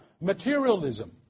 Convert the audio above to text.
Materialism